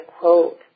quote